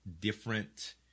different